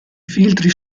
filtri